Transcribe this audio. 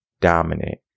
Dominant